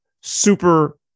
super